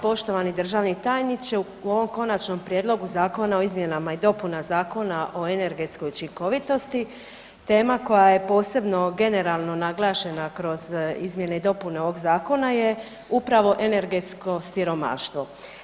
Poštovani državni tajniče, u ovom Konačnom prijedlogu zakona o izmjenama i dopunama Zakona o energetskoj učinkovitosti, tema koja je posebno generalno naglašena kroz izmjene i dopune ovog zakona je upravo energetsko siromaštvo.